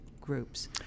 groups